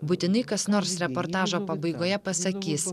būtinai kas nors reportažo pabaigoje pasakys